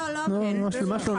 לא, לא אמרתי את זה.